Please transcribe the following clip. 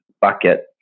bucket